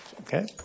Okay